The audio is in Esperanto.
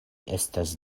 estas